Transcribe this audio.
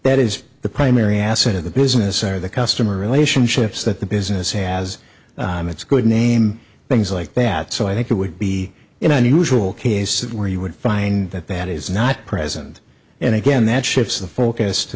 that is the primary asset of the business or the customer relationships that the business has it's good name things like that so i think it would be in unusual cases where you would find that that is not present and again that shifts the focus to